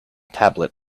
tablet